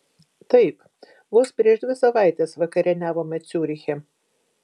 taip vos prieš dvi savaites vakarieniavome ciuriche